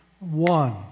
one